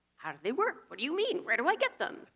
how do they work? what do you mean? where do i get them?